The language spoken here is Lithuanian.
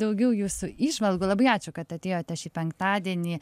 daugiau jūsų įžvalgų labai ačiū kad atėjote šį penktadienį